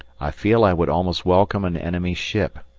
i feel i would almost welcome an enemy ship,